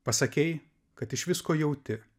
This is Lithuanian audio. pasakei kad iš visko jauti